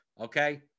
okay